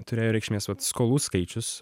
turėjo reikšmės vat skolų skaičius